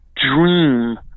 dream